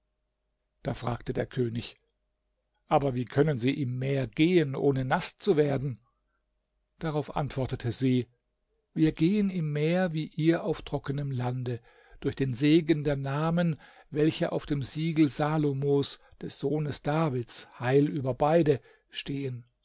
da fragte der könig aber wie können sie im meer gehen ohne naß zu werden darauf antwortete sie wir gehen im meer wie ihr auf trockenem lande durch den segen der namen welche auf dem siegel salomos des sohnes davids heil über beide stehen